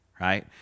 right